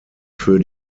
für